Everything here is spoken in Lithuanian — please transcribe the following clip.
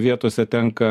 vietose tenka